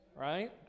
right